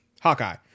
Hawkeye